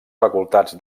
facultats